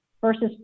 versus